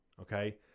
Okay